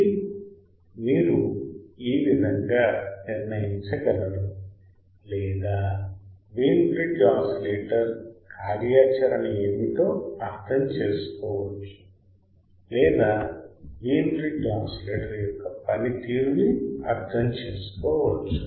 కాబట్టి మీరు ఈ విధంగా నిర్ణయించగలరు లేదా వీన్ బ్రిడ్జ్ ఆసిలేటర్ కార్యాచరణ ఏమిటో అర్థం చేసుకోవచ్చు లేదా వీన్ బ్రిడ్జ్ ఆసిలేటర్ యొక్క పని తీరుని అర్థం చేసుకోవచ్చు